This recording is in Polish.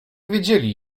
widzieli